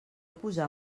posar